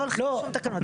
לא הולכים לשום תקנות.